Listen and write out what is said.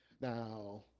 Now